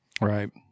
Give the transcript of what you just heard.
Right